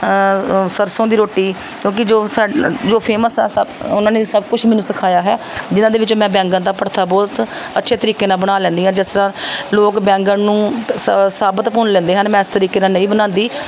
ਸਰਸੋਂ ਦੀ ਰੋਟੀ ਕਿਉਂਕਿ ਜੋ ਸਾ ਜੋ ਫੇਮਸ ਆ ਸਭ ਉਹਨਾਂ ਨੇ ਸਭ ਕੁਛ ਮੈਨੂੰ ਸਿਖਾਇਆ ਹੈ ਜਿਹਨਾਂ ਦੇ ਵਿੱਚ ਮੈਂ ਬੈਂਗਣ ਦਾ ਭੜਥਾ ਬਹੁਤ ਅੱਛੇ ਤਰੀਕੇ ਨਾਲ ਬਣਾ ਲੈਂਦੀ ਆ ਜਿਸ ਤਰ੍ਹਾਂ ਲੋਕ ਬੈਂਗਣ ਨੂੰ ਸ ਸਾਬਤ ਭੁੰਨ ਲੈਂਦੇ ਹਨ ਮੈਂ ਇਸ ਤਰੀਕੇ ਨਾਲ ਨਹੀਂ ਬਣਾਉਂਦੀ